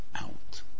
out